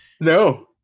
No